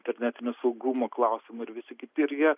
internetinio saugumo klausimų ir visi kiti ir jie